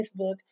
Facebook